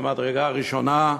מהמדרגה הראשונה.